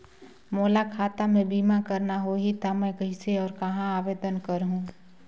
मोला खाता मे बीमा करना होहि ता मैं कइसे और कहां आवेदन करहूं?